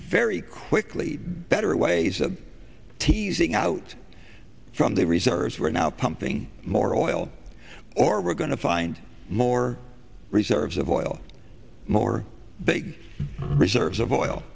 very quickly better ways of teasing out from the reserves we're now pumping more oil or we're going to find more reserves of oil more big reserves of oil